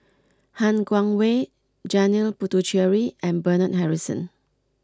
Han Guangwei Janil Puthucheary and Bernard Harrison